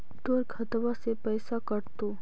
तोर खतबा से पैसा कटतो?